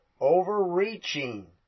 overreaching